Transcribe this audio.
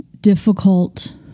difficult